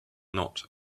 not